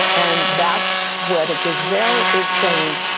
and that's what a gazelle is saying,